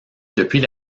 depuis